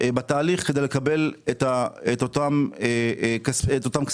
בתהליך כדי לקבל את אותם כספים.